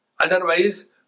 otherwise